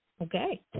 Okay